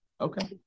Okay